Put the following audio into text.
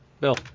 Bill